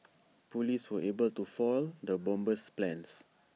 Police were able to foil the bomber's plans